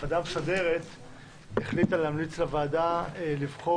הוועדה המסדרת החליטה להמליץ לוועדה לבחור